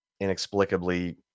inexplicably